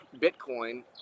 Bitcoin